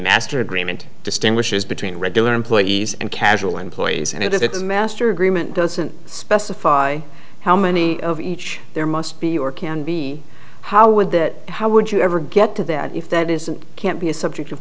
master agreement distinguishes between regular employees and casual employees and it has its master agreement doesn't specify how many of each there must be or can be how would that how would you ever get to that if that isn't can't be a subject